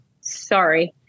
Sorry